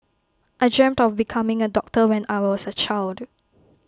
I dreamt of becoming A doctor when I was A child